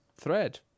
Thread